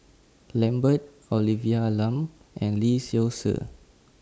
Lambert Olivia Lum and Lee Seow Ser